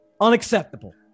Unacceptable